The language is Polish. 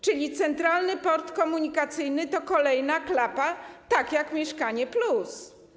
Czyli Centralny Port Komunikacyjny to kolejna klapa, tak jak ˝Mieszkanie+˝